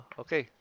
okay